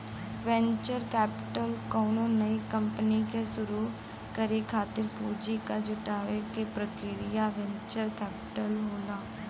venture capital कउनो नई company के शुरू करे खातिर पूंजी क जुटावे क प्रक्रिया वेंचर कैपिटल होला